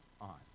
on